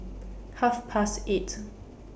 Half Past eight